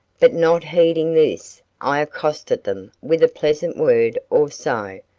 but not heeding this, i accosted them with a pleasant word or so,